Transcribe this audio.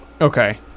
Okay